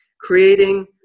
creating